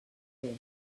fer